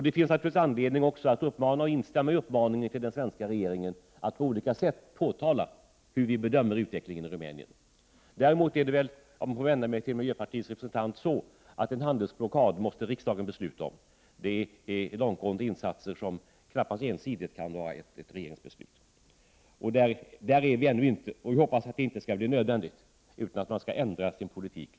Det finns naturligtvis också anledning att instämma i uppmaningen till den svenska regeringen att på olika sätt uttala sig om hur man man bedömer utvecklingen i Rumänien. Däremot är det så — jag vänder mig till miljöpartiets representant — att det är riksdagen som har att besluta om en handelsblockad. Det är en långtgående åtgärd som regeringen knappast ensidigt kan besluta om. Dit har vi ännu ej kommit, och vi hoppas att det inte heller skall bli nödvändigt. Vi hoppas i stället att man i Rumänien skall ändra sin politik.